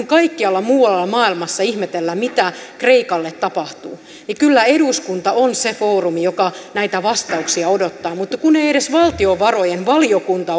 kaikkialla muualla maailmassa ihmetellään mitä kreikalle tapahtuu kyllä eduskunta on se foorumi joka näitä vastauksia odottaa mutta kun ei edes valtiovarainvaliokunta